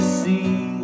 see